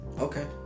Okay